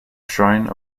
shrine